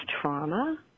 trauma